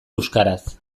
euskaraz